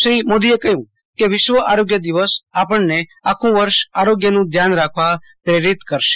શ્રી મોદીએ કહયું કે વિશ્વ આરોગ્ય દિવસ આપણને આખું વર્ષ આરોગ્ય નું ધ્યાન રાખવા પ્રેરિત કરશે